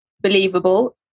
believable